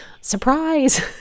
surprise